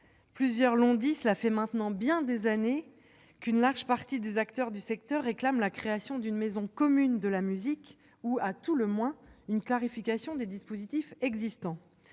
orateurs l'ont dit, cela fait maintenant bien des années qu'une large partie des acteurs du secteur réclame la création d'une maison commune de la musique ou, à tout le moins, une clarification des dispositifs existants.